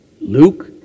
Luke